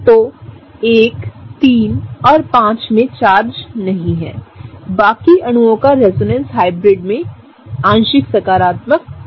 तो 1 3 और 5 में चार्ज नहीं है बाकी अणुओं का रेजोनेंस हाइब्रिड में आंशिक सकारात्मक होगा